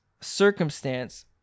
circumstance